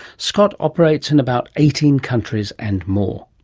scott operates in about eighteen countries and more.